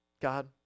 God